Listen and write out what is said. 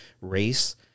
race